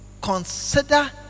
consider